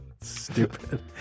stupid